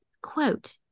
quote